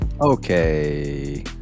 Okay